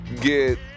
get